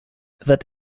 that